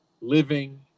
Living